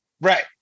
Right